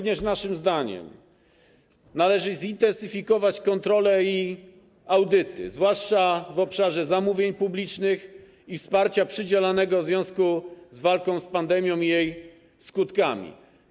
Naszym zdaniem należy również zintensyfikować kontrole i audyty, zwłaszcza w obszarze zamówień publicznych i wsparcia przydzielanego w związku z walką z pandemią i jej skutkami.